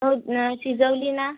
हो नाही शिजवली ना